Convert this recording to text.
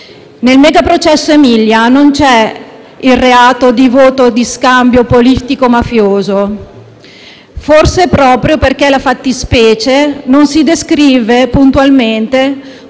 Nel mega processo Aemilia non c'è il reato di voto di scambio politico-mafioso, forse proprio perché la fattispecie non si descrive puntualmente